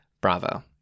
Bravo